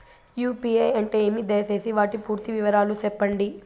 UPI అంటే ఏమి? దయసేసి వాటి పూర్తి వివరాలు సెప్పండి?